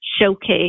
showcase